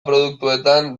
produktuetan